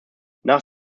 nach